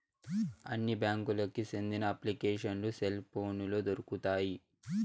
అన్ని బ్యాంకులకి సెందిన అప్లికేషన్లు సెల్ పోనులో దొరుకుతాయి